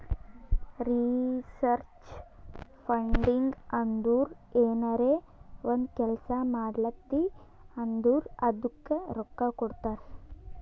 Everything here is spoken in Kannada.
ರಿಸರ್ಚ್ ಫಂಡಿಂಗ್ ಅಂದುರ್ ಏನರೇ ಒಂದ್ ಕೆಲ್ಸಾ ಮಾಡ್ಲಾತಿ ಅಂದುರ್ ಅದ್ದುಕ ರೊಕ್ಕಾ ಕೊಡ್ತಾರ್